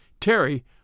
Terry